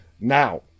now